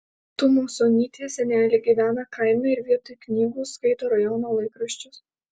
tumasonytės seneliai gyvena kaime ir vietoj knygų skaito rajono laikraščius